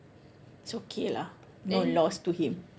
it's okay lah no loss to him